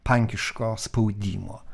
pankiško spaudimo